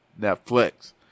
Netflix